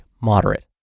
moderate